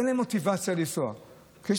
אין להם מוטיבציה לא לשלם.